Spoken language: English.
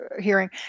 hearing